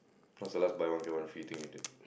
what's the last buy one get one free thing you did